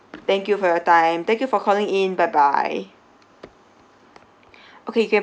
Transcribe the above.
thank you for your time thank you for calling in bye bye okay you can